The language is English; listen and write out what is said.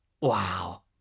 Wow